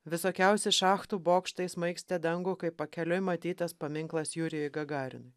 visokiausi šachtų bokštai smaigstė dangų kaip pakeliui matytas paminklas jurijui gagarinui